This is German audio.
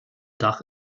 dach